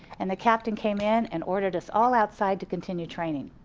and the captain came in and ordered us all outside to continue training.